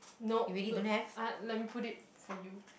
nope do~ uh let me put it f~ for you